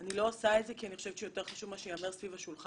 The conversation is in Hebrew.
אני לא עושה את זה כי אני חושבת שיותר חשוב מה שייאמר סביב השולחן,